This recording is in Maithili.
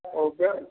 ओकर